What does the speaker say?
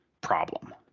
problem